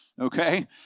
okay